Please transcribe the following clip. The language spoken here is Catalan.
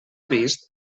vist